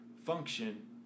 Function